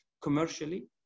commercially